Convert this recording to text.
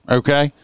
okay